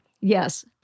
Yes